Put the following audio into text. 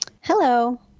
Hello